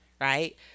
right